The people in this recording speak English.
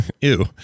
Ew